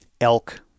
elk